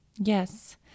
Yes